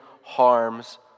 harm's